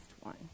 one